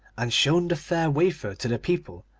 and shown the fair wafer to the people,